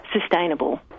sustainable